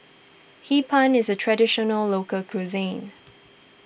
Hee Pan is a Traditional Local Cuisine